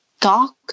talk